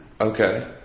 Okay